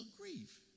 grief